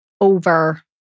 over